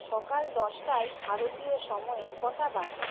সকাল দশটায় ভারতীয় সময়ে কটা বাজে